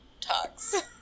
talks